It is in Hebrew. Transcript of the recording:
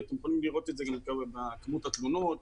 ואתם יכולים לראות את זה בכמות התלונות.